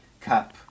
Cup